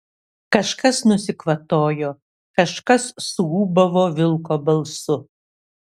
kažkas nusikvatojo kažkas suūbavo vilko balsu